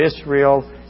Israel